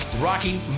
rocky